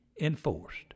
enforced